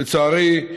לצערי,